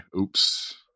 Oops